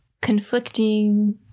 conflicting